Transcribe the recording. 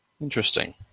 Interesting